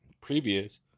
previous